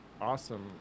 awesome